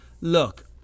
look